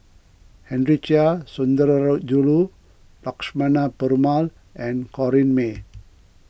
Henry Chia Sundarajulu Lakshmana Perumal and Corrinne May